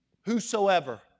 Whosoever